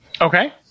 Okay